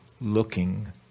looking